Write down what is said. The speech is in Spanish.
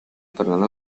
fernando